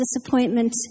disappointment